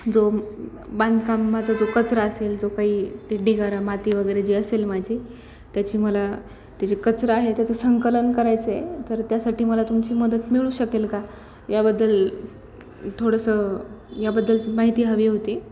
जो बांधकामाचा जो कचरा असेल जो काही ते ढिगारा माती वगैरे जे असेल माझी त्याची मला ते जे कचरां आहे त्याचं संकलन करायचं आहे तर त्यासाठी मला तुमची मदत मिळू शकेल का याबद्दल थोडंसं याबद्दल माहिती हवी होती